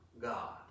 God